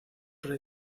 rey